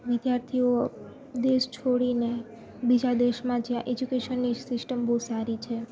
વિદ્યાર્થીઓ દેશ છોડીને બીજા દેશમાં જ્યાં એજ્યુકેશનની સિસ્ટમ બહુ સારી છે